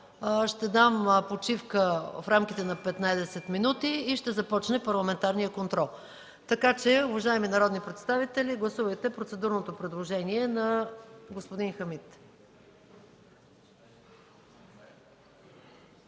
ще дам почивка в рамките на 15 минути и ще започне парламентарният контрол. Уважаеми народни представители, гласувайте процедурното предложение на господин Хамид.